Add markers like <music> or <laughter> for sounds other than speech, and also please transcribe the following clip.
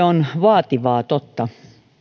<unintelligible> on vaativaa totta